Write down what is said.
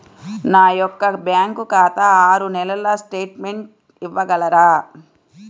నా యొక్క బ్యాంకు ఖాతా ఆరు నెలల స్టేట్మెంట్ ఇవ్వగలరా?